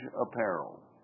apparel